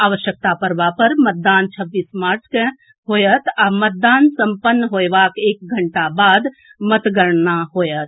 आवश्यकता पड़बा पर मतदान छब्बीस मार्च कें होएत आ मतदान संपन्न होएबाक एक घंटा बाद मतगणना होएत